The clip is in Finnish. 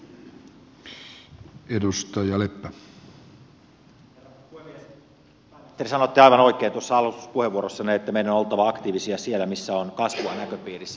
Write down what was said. pääministeri sanoitte aivan oikein tuossa alustuspuheenvuorossanne että meidän on oltava aktiivisia siellä missä on kasvua näköpiirissä